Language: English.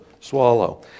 swallow